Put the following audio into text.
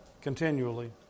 continually